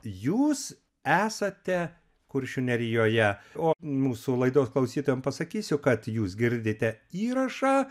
jūs esate kuršių nerijoje o mūsų laidos klausytojam pasakysiu kad jūs girdite įrašą